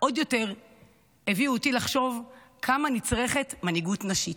עוד יותר הביאו אותי לחשוב כמה נצרכת מנהיגות נשית.